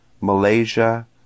Malaysia